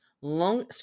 long